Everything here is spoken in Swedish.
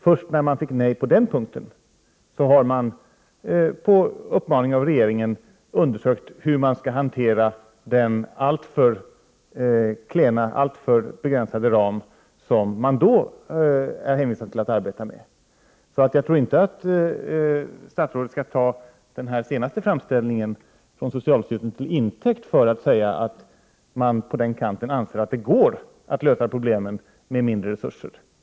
Först sedan man fått nej på den punkten har man på uppmaning av regeringen undersökt hur man skall hantera den alltför begränsade ram som man då var hänvisad till att arbeta med. Jag tycker alltså inte att statsrådet skall ta den senaste framställningen från socialstyrelsen till intäkt för att säga att man på den kanten anser att det går att lösa problemen med mindre resurser.